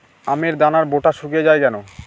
আমের দানার বোঁটা শুকিয়ে য়ায় কেন?